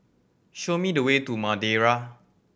show me the way to Madeira